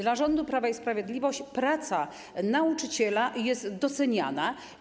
Przez rząd Prawa i Sprawiedliwości praca nauczyciela jest doceniana.